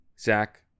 Zach